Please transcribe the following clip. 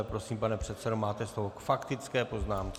Prosím, pane předsedo, máte slovo k faktické poznámce.